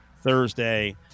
Thursday